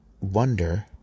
wonder